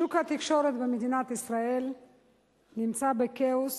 שוק התקשורת במדינת ישראל נמצא בכאוס